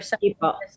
people